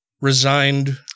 resigned